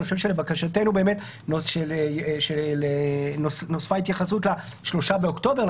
אני חושב שלבקשתנו באמת נוספה התייחסות ל-3 באוקטובר,